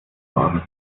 haben